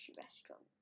restaurant